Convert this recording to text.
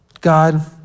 God